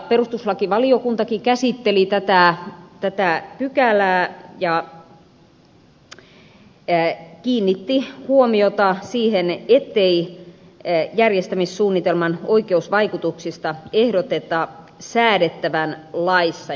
perustuslakivaliokuntakin käsitteli tätä pykälää ja kiinnitti huomiota siihen ettei järjestämissuunnitelman oikeusvaikutuksista ehdoteta säädettävän laissa